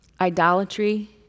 Idolatry